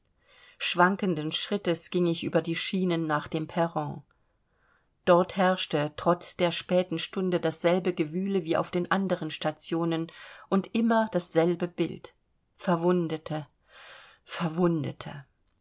schwankenden schrittes ging ich über die schienen nach dem perron dort herrschte trotz der späten stunde dasselbe gewühle wie auf den anderen stationen und immer dasselbe bild verwundete verwundete